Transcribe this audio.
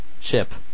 chip